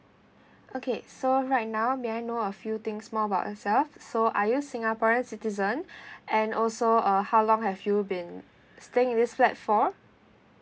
okay so right now may I know a few things more about yourself so are you singaporeans citizen and also uh how long have you been staying in this flat for